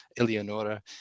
Eleonora